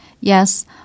Yes